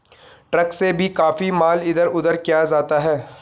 truck से भी काफी माल इधर उधर किया जाता है